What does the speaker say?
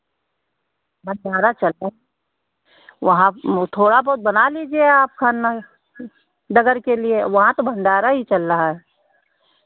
भण्डारा चला है वहाँ थोड़ा बहुत बना लीजिए आप खाना डगर के लिए वहाँ तो भण्डारा ही चल रहा है